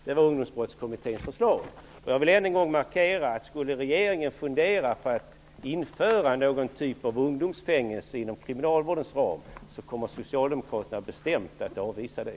Det var Jag vill än en gång markera att skulle regeringen fundera på att införa någon typ av ungdomsfängelse inom kriminalvårdens ram, kommer Socialdemokraterna bestämt att avvisa det.